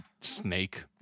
snake